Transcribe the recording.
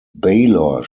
baylor